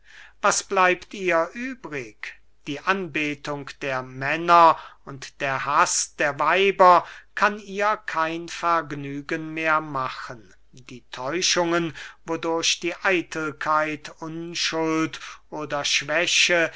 was bleibt ihr übrig die anbetung der männer und der haß der weiber kann ihr kein vergnügen mehr machen die täuschungen wodurch die eitelkeit unschuld oder schwäche